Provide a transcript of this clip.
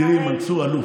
תראי, מנסור אלוף.